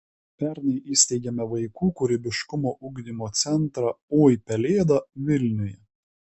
pernai įsteigėme vaikų kūrybiškumo ugdymo centrą oi pelėda vilniuje